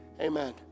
Amen